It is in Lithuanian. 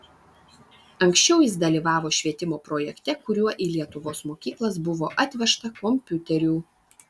anksčiau jis dalyvavo švietimo projekte kuriuo į lietuvos mokyklas buvo atvežta kompiuterių